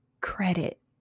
credit